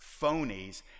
phonies